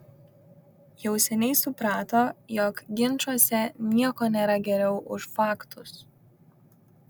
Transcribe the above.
jau seniai suprato jog ginčuose nieko nėra geriau už faktus